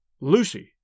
Lucy